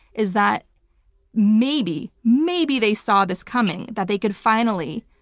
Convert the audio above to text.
is that maybe, maybe they saw this coming that they could finally,